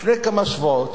לפני כמה שבועות